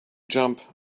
jump